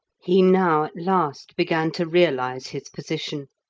he now at last began to realize his position